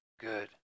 good